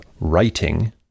writing